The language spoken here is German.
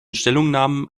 stellungnahmen